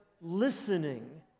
listening